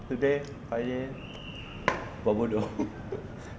today finally buat bodoh